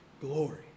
Glory